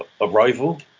Arrival